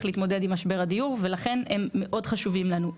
להתמודד עם משבר הדיור ולכן הם מאוד חשובים לנו.